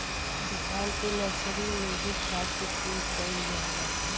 धान के नर्सरी में भी खाद के प्रयोग कइल जाला?